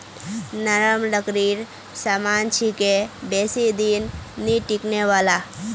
नरम लकड़ीर सामान छिके बेसी दिन नइ टिकने वाला